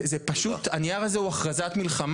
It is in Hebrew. זה פשוט, הנייר הזה הוא הכרזת מלחמה.